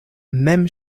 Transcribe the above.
mem